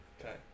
Okay